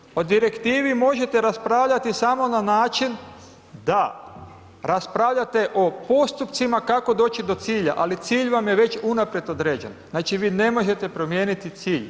Direktiva o direktivi možete raspravljati samo na način da raspravljate o postupcima kako doći do cilja, ali cilj vam je već unaprijed određen, znači vi ne možete promijeniti cilj.